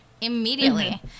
immediately